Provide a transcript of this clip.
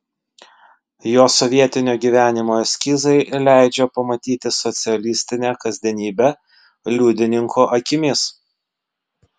jo sovietinio gyvenimo eskizai leidžia pamatyti socialistinę kasdienybę liudininko akimis